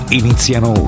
iniziano